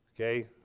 Okay